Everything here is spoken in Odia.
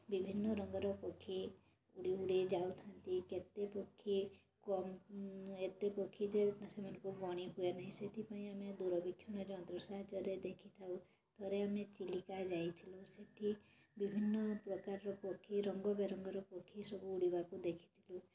ବିଭିନ୍ନ ରଙ୍ଗର ପକ୍ଷୀ ଉଡ଼ି ଉଡ଼ି ଯାଉଥାନ୍ତି କେତେ ପକ୍ଷୀ ଏତେ ପକ୍ଷୀ ଯେ ସେମାନଙ୍କୁ ଗଣି ହୁଏ ନାହିଁ ସେଥିପାଇଁ ଆମେ ଦୂରବୀକ୍ଷଣ ଯନ୍ତ୍ର ସାହାଯ୍ୟରେ ଦେଖିଥାଉ ଥରେ ଆମେ ଚିଲିକା ଯାଇଥିଲୁ ସେଇଠି ବିଭିନ୍ନ ପ୍ରକାରର ପକ୍ଷୀ ରଙ୍ଗ ବେରଙ୍ଗର ପକ୍ଷୀ ସବୁ ଉଡ଼ିବାକୁ ଦେଖିଥିଲୁ